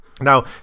Now